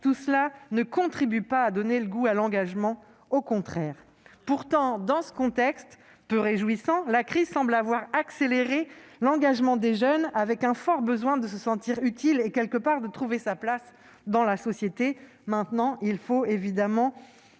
fondamentales ne contribuent pas à donner goût à l'engagement- au contraire ! Eh oui ! Pourtant, dans ce contexte peu réjouissant, la crise semble avoir accéléré l'engagement des jeunes, avec un fort besoin de se sentir utile et, quelque part, de trouver sa place dans la société. Maintenant, il faut transformer